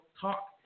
talk